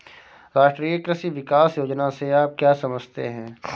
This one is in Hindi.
राष्ट्रीय कृषि विकास योजना से आप क्या समझते हैं?